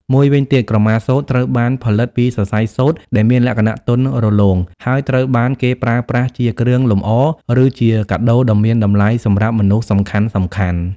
មួយវិញទៀត ក្រមាសូត្រ ត្រូវបានផលិតពីសរសៃសូត្រដែលមានលក្ខណៈទន់រលោង ហើយត្រូវបានគេប្រើប្រាស់ជា គ្រឿងលម្អ ឬជា កាដូដ៏មានតម្លៃ សម្រាប់មនុស្សសំខាន់ៗ។